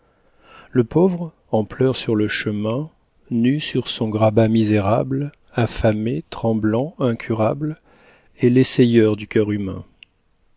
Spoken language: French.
le pauvre en pleurs sur le chemin nu sur son grabat misérable affamé tremblant incurable est l'essayeur du cœur humain